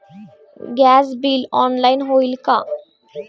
Gas bill online होईल का?